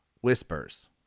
whispers